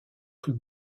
tout